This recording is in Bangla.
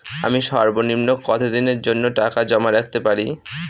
আমি সর্বনিম্ন কতদিনের জন্য টাকা জমা রাখতে পারি?